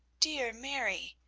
dear mary,